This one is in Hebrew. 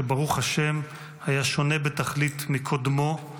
שברוך השם היה שונה בתכלית מקודמו,